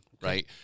Right